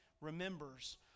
remembers